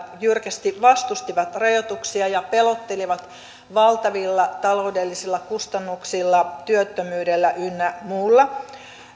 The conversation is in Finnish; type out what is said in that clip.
jyrkästi vastustivat rajoituksia ja pelottelivat valtavilla taloudellisilla kustannuksilla työttömyydellä ynnä muulla